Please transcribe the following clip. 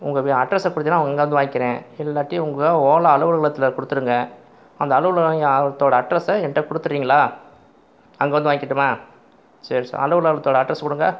உங்கள் அட்ரஸ் கொடுத்திங்கன்னா அங்கே வந்து வாங்கிக்கிறேன் இல்லாட்டி உங்கள் ஓலா அலுவலகத்தில் கொடுத்துடுங்க அந்த அலுவலகத்தோட அட்ரஸை என்கிட்ட கொடுத்துறீங்களா அங்கே வந்து வாங்கிகிட்டுமா சரி சார் அலுவலகத்தோட அட்ரஸ் கொடுங்க